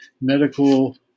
medical